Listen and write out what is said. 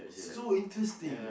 so interesting